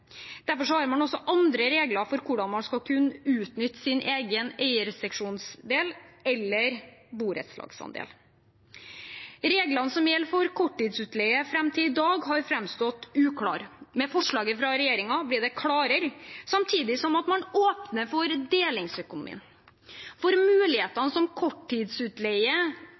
regler for hvordan man kan utnytte sin egen eierseksjonsdel eller borettslagsandel. Reglene som gjelder for korttidsutleie, har fram til i dag framstått uklare. Med forslaget fra regjeringen blir de klarere, samtidig som man åpner for delingsøkonomien. Mulighetene som